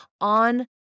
on